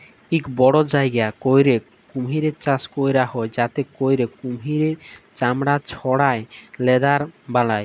ইক বড় জায়গা ক্যইরে কুমহির চাষ ক্যরা হ্যয় যাতে ক্যইরে কুমহিরের চামড়া ছাড়াঁয় লেদার বালায়